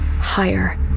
higher